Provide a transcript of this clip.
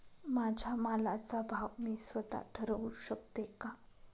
माझ्या मालाचा भाव मी स्वत: ठरवू शकते का?